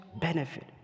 benefit